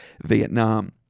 Vietnam